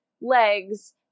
legs